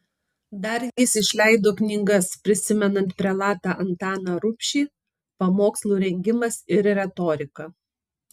dar jis išleido knygas prisimenant prelatą antaną rubšį pamokslų rengimas ir retorika